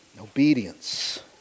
Obedience